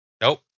Nope